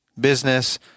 business